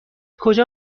کجا